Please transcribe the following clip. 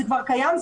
זה כבר קיים,